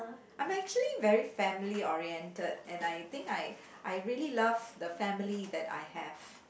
I'm actually very family oriented and I think I I really love the family that I have